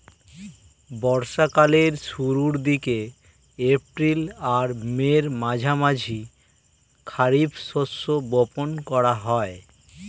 বর্ষা কালের শুরুর দিকে, এপ্রিল আর মের মাঝামাঝি খারিফ শস্য বপন করা হয়